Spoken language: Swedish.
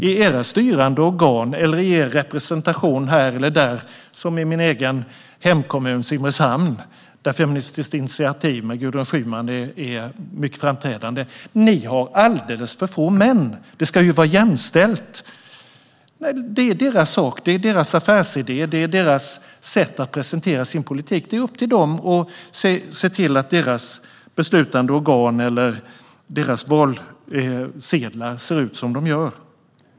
I era styrande organ eller er representation här eller där - som i min egen hemkommun Simrishamn, där Feministiskt initiativ med Gudrun Schyman är mycket framträdande - har ni alldeles för få män! Det ska ju vara jämställt! Det är deras sak, deras affärsidé, deras sätt att presentera sin politik. Det är upp till dem att se till att deras beslutande organ eller deras valsedlar ser ut som de gör.